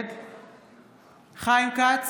נגד חיים כץ,